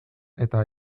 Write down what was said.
eta